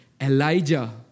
Elijah